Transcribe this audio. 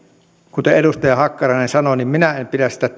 kuten edustaja hakkarainen sanoi minä pidän sitä